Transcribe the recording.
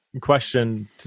question